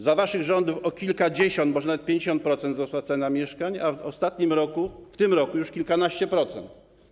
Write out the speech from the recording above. Za waszych rządów o kilkadziesiąt procent, może nawet o 50% wzrosła cena mieszkań, a w ostatnim roku, w tym roku - już o kilkanaście procent.